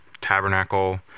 tabernacle